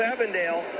Avondale